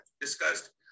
discussed